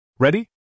Ready